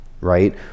right